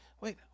wait